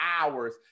hours